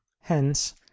Hence